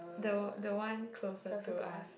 the the one closer to us